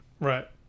Right